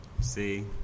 See